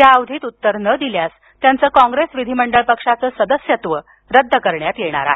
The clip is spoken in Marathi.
त्या अवधीत उत्तर न दिल्यास त्यांचे कॉंग्रेस विधिमंडळ पक्षाचे सदस्यत्व रद्द करण्यात येणार आहे